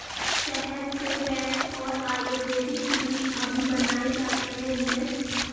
शहद से वैक्स और आयुर्वेदिक क्रीम अभी बनाए जाते हैं नीरज